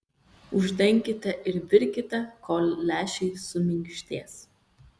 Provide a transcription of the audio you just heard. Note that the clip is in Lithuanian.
uždenkite ir virkite kol lęšiai suminkštės